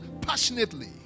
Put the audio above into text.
passionately